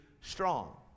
strong